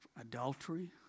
adultery